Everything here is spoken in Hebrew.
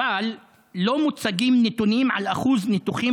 אבל לא מוצגים נתונים על אחוז הניתוחים